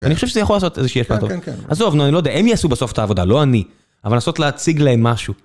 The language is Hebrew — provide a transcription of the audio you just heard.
אני חושב שזה יכול לעשות איזושהי יפה טוב. כן, כן, כן. עזוב, נו, אני לא יודע, הם יעשו בסוף את העבודה, לא אני. אבל לנסות להציג להם משהו.